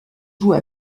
joue